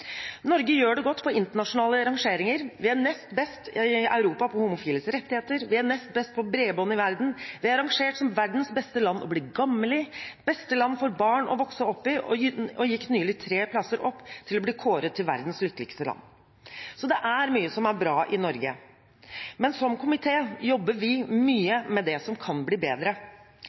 Norge gjør det godt på internasjonale rangeringer. Vi er nest best i Europa på homofiles rettigheter, og vi er nestbest på bredbånd i verden. Vi er rangert som verdens beste land å bli gammel i, beste land for barn å vokse opp i og gikk nylig tre plasser opp til å bli kåret til verdens lykkeligste land. Det er mye som er bra i Norge. Men som komité jobber vi mye med det som kan bli bedre.